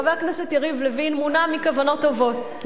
חבר הכנסת יריב לוין מונע מכוונות טובות.